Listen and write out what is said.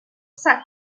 sac